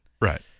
right